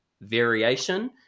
variation